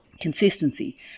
Consistency